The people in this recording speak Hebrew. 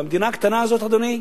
והמדינה הקטנה הזאת שלנו, אדוני,